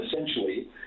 essentially